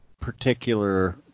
particular